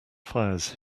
fires